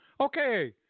Okay